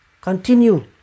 Continue